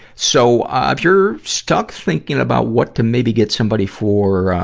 so, ah, if you're stuck thinking about what to maybe get somebody for, ah,